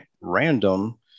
random